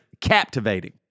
captivating